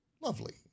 lovely